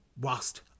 Whilst